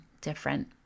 different